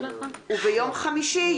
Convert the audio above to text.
וביום חמישי,